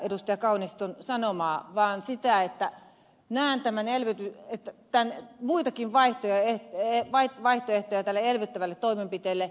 kauniston sanomaa vaan sitä että nään tämän elvyty että näen muitakin vaihtoehtoja näille elvyttäville toimenpiteille